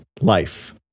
life